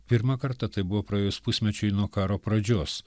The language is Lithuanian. pirmą kartą tai buvo praėjus pusmečiui nuo karo pradžios